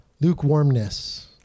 Lukewarmness